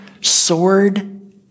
sword